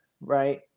right